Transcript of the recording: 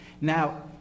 Now